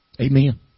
Amen